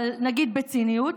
אבל נגיד בציניות,